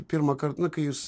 pirmąkart nu kai jūs